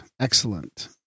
excellent